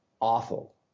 awful